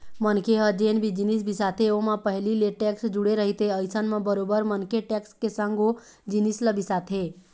मनखे ह जेन भी जिनिस बिसाथे ओमा पहिली ले टेक्स जुड़े रहिथे अइसन म बरोबर मनखे टेक्स के संग ओ जिनिस ल बिसाथे